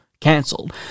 canceled